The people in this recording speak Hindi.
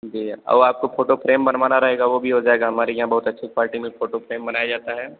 गेआ और आपको फोटो फ्रेम बनवाना रहेगा वो भी हो जाएगा हमारे यहाँ बहुत अच्छी क्वाल्टी में फोटो फ्रेम बनाया जाता है